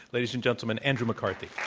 ladies and gentlemen, andrew mccarthy.